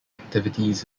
activities